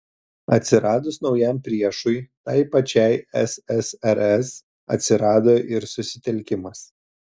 atsiradus naujam priešui tai pačiai ssrs atsirado ir susitelkimas